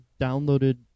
downloaded